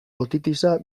otitisa